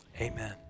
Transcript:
amen